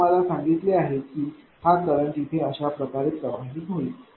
मी तुम्हाला सांगितले आहे की हा करंट इथे अशा प्रकारे प्रवाहित होईल